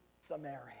Samaria